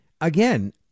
again